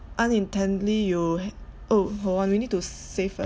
unintentionally you oh hold on we need to save first